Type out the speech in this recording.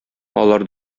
алар